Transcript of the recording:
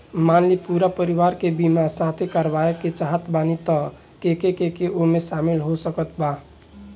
मान ली पूरा परिवार के बीमाँ साथे करवाए के चाहत बानी त के के ओमे शामिल हो सकत बा?